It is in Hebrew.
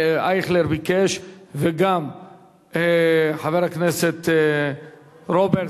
אייכלר ביקש וגם חבר הכנסת רוברט,